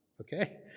okay